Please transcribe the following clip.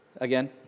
again